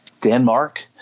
Denmark